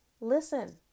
listen